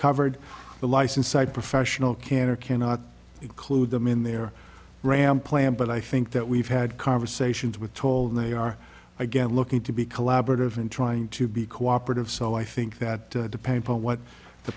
covered the license side professional can or cannot include them in their ram plan but i think that we've had conversations with told they are again looking to be collaborative and trying to be cooperative so i think that depends on what the